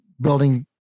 building